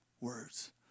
words